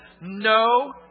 No